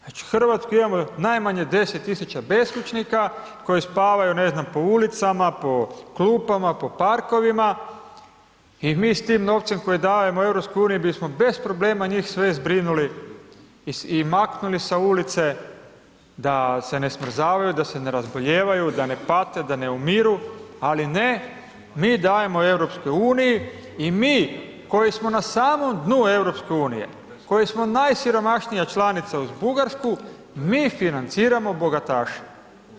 Znači u Hrvatskoj imamo najmanje 10.000 beskućnika koji spavaju ne znam po ulicama, po klupama, po parkovima i mi s tim novcem koji dajemo EU bismo bez problema njih sve zbrinuli i maknuli sa ulice da se ne smrzavaju, da se ne razbolijevaju, da ne pate da ne umiru, ali ne mi dajemo EU i mi koji smo na samom dnu EU, koji smo najsiromašnija članica uz Bugarsku mi financiramo bogataše.